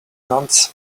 nuns